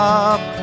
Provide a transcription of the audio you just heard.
up